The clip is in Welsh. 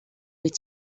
wyt